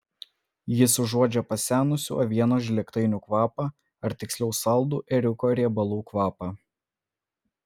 jis užuodžia pasenusių avienos žlėgtainių kvapą ar tiksliau saldų ėriuko riebalų kvapą